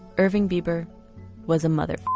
irving bieber was a mother